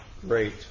great